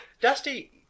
Dusty